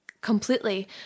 completely